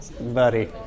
Buddy